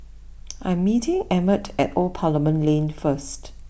I'm meeting Emmett at Old Parliament Lane first